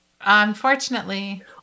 unfortunately